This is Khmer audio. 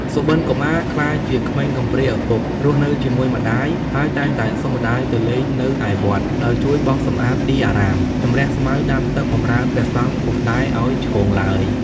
សុបិនកុមារក្លាយជាក្មេងកំព្រាឪពុក រស់នៅតែជាមួយម្តាយ ហើយ តែងតែសុំម្តាយទៅលេងនៅឯវត្ត ដោយជួយបោសសំអាតទីអារាម ជម្រះស្មៅ ដាំទឹក បម្រើព្រះសង្ឃពុំដែលឱ្យឆ្គងឡើយ ។